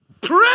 Pray